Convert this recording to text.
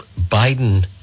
Biden